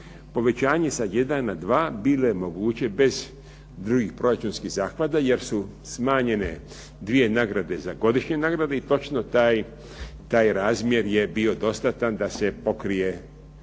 Povećanje sa 1 na 2 bilo je moguće bez drugih proračunskih zahvata, jer su smanjene dvije nagrade za godišnje nagrade i točno taj razmjer je bio dostatan da se pokrije